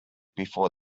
before